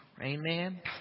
Amen